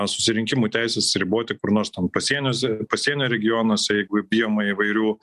susirinkimų teisės riboti kur nors ten pasieniuose pasienio regionuose jeigu bijoma įvairių